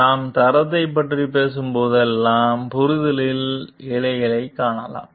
நாம் தரத்தைப் பற்றிப் பேசும் போதெல்லாம் புரிதலின் இழையைக் காணலாம்